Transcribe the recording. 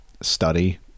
study